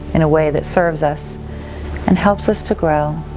in a way that serves us and helps us to grow.